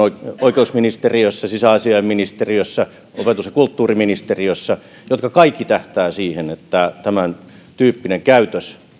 oikeusministeriössä sisäasiainministeriössä opetus ja kulttuuriministeriössä jotka kaikki tähtäävät siihen että tämäntyyppinen käytös